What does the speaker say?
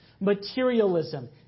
materialism